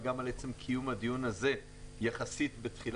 וגם על עצם קיום הדיון הזה יחסית בתחילת